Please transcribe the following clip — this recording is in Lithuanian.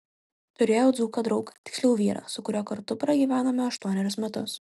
turėjau dzūką draugą tiksliau vyrą su kuriuo kartu pragyvenome aštuonerius metus